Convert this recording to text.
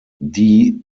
die